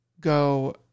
go